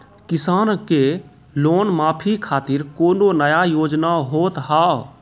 किसान के लोन माफी खातिर कोनो नया योजना होत हाव?